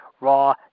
Raw